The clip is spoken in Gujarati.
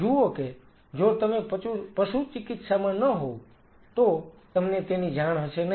જુઓ કે જો તમે પશુચિકિત્સામાં ન હોવ તો તમને તેની જાણ હશે નહીં